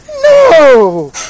No